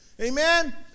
Amen